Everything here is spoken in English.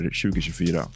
2024